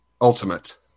Ultimate